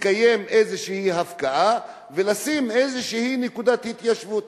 תתקיים איזה הפקעה וישימו שם איזה נקודת התיישבות.